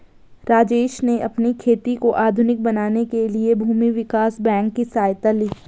राजेश ने अपनी खेती को आधुनिक बनाने के लिए भूमि विकास बैंक की सहायता ली